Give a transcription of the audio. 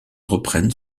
reprenne